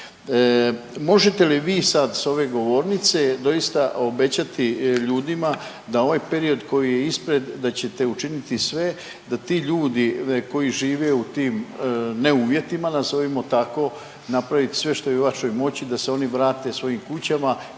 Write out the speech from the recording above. Možete li vi sad s ove govornice doista obećati ljudima da ovaj period koji je ispred da ćete učiniti sve da ti ljudi koji žive u tim ne uvjetima nazovimo tako, napraviti sve što je u vašoj moći da se oni vrate svojim kućama